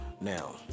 Now